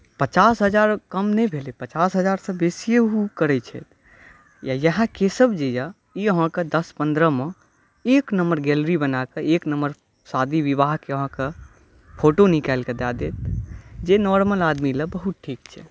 पचास हजार कम नहि भेलै पचास हजार से बेसिये ओ करैछै या इएह केशव जे यऽ ई अहाँके दस पन्द्रहमे एक नम्बर गैलरी बनाकऽ एक नम्बर शादी विवाहके अहाँके फोटो निकालि कऽ दऽ देत जे नॉर्मल आदमी लए बहुत ठीक छै